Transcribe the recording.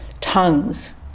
tongues